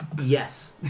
Yes